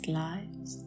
lives